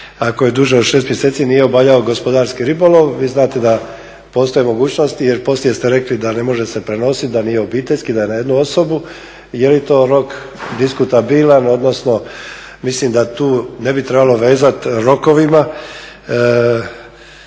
ako je duže od 6 mjeseci, nije obavljao gospodarski ribolov. Vi znate da postoji mogućnosti jer poslije ste rekli da ne može se prenositi, da nije obiteljski, da je na jednu osobu je li to rok diskutabilan odnosno mislim da tu ne bi trebalo vezati rokovima da ne bi trebao vezati